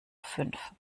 fünf